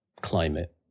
climate